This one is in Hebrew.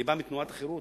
אני בא מתנועת החרות,